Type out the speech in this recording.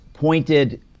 pointed